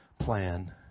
plan